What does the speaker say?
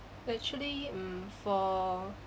actually mm for